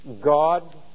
God